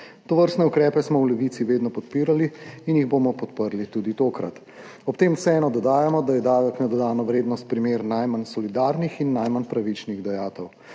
Tovrstne ukrepe smo v Levici vedno podpirali in jih bomo podprli tudi tokrat. Ob tem vseeno dodajamo, da je davek na dodano vrednost primer najmanj solidarnih in najmanj pravičnih dajatev.